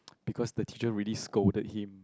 because the teacher really scolded him